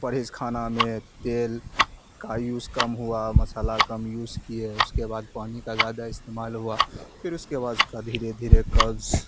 پرہیز کھانا میں تیل کا یوز کم ہوا مسالہ کم یوز کیے اس کے بعد پانی کا زیادہ استعمال ہوا پھر اس کے بعد اس کا دھیرے دھیرے قبض